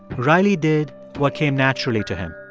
riley did what came naturally to him.